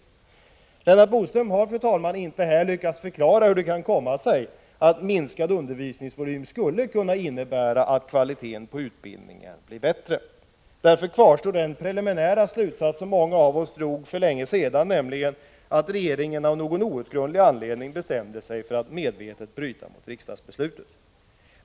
Lennart Bodström har här, fru talman, inte lyckats förklara hur det kan komma sig att en minskad undervisningsvolym skulle kunna innebära en bättre kvalitet på utbildningen. Därför kvarstår den preliminära slutsats som många av oss drog för länge sedan, nämligen att regeringen av någon outgrundlig anledning bestämde sig för att medvetet bryta mot riksdagsbeslutet.